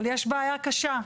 אבל, יש בעיה קשה,